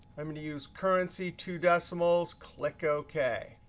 i'm going to use currency, two decimals, click ok.